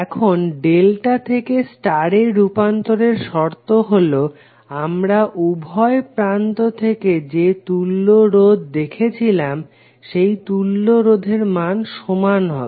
এখন ডেল্টা থেকে স্টার এ রুপান্তরের শর্ত হলো আমরা উভয় প্রান্ত থেকে যে তুল্য রোধ দেখেছিলাম সেই তুল্য রোধের মান সমান হবে